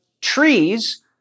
trees